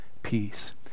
peace